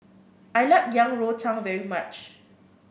I like Yang Rou Tang very much